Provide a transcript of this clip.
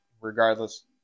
regardless